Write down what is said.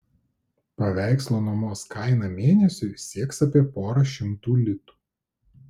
paveikslo nuomos kaina mėnesiui sieks apie porą šimtų litų